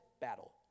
battle